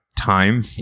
time